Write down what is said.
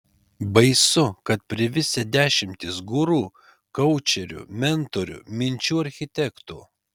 baisu kad privisę dešimtys guru koučerių mentorių minčių architektų